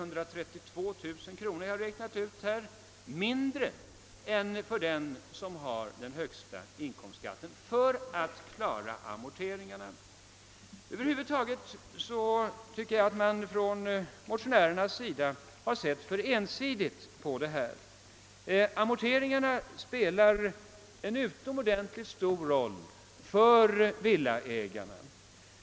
Han kan — om jag inte räknat fel — tjäna 132 000 kronor mindre än den som har den högre inkomstskatten och ändå klara amorteringen. Över huvud taget tycker jag att motionärerna sett för ensidigt på detta. Amorteringarna spelar en utomordentligt stor roll för villaägarna.